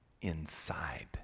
inside